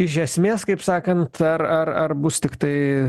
iš esmės kaip sakant ar ar ar bus tiktai